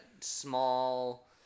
small